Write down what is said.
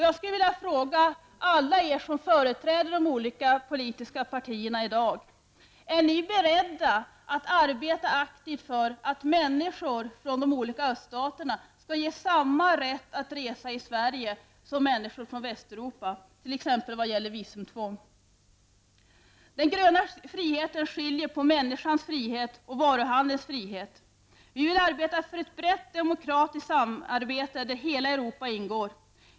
Jag skulle vilja fråga er alla som företräder de olika politiska partierna: Är ni beredda att arbeta aktivt för att människor från öststaterna skall ges samma rätt att resa i Sverige som människorna från Västeuropa, t.ex. vad gäller visum? Den gröna friheten skiljer på människans frihet och varuhandelns frihet. Vi vill arbeta för ett brett demokratiskt samarbete där hela Europa ingår.